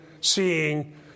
seeing